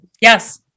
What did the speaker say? Yes